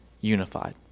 unified